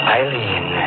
Eileen